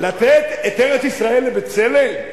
לתת את ארץ-ישראל ל"בצלם"?